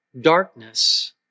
darkness